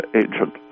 agent